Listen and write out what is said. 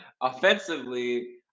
offensively